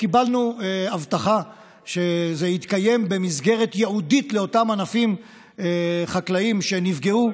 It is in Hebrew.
קיבלנו הבטחה שזה יתקיים במסגרת ייעודית לאותם ענפים חקלאיים שנפגעו,